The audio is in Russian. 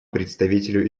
представителю